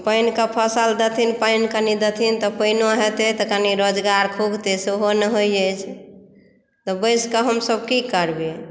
पानिकेँ फसल देथिन पानि कनि देथिन तऽ पानियो हेतै तऽ कनि रोजगार खुजतै सेहो नहि होइ अछि तऽ बैस कऽ हमसभ की करबै